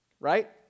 right